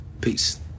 Peace